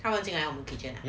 他要进来我们的 kitchen ah